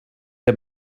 der